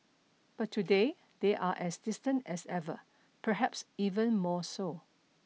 but today they are as distant as ever perhaps even more so